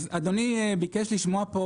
אדוני ביקש לשמוע פה